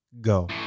go